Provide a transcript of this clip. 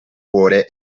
cuore